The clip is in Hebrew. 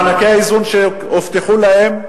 ומענקי האיזון שהובטחו להם,